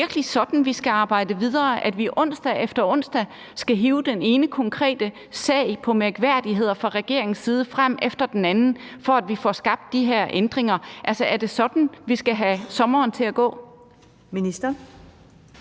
er det virkelig sådan, vi skal arbejde videre, altså at vi onsdag efter onsdag skal hive den ene konkrete sag om mærkværdigheder fra regeringens side frem efter den anden, for at vi får skabt de her ændringer? Er det sådan, vi skal have sommeren til at gå?